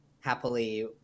happily